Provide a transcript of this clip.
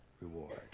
reward